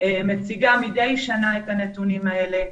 מציגה מדי שנה את הנתונים האלה.